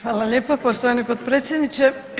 Hvala lijepa poštovani potpredsjedniče.